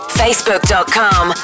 facebook.com